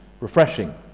refreshing